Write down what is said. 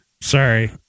Sorry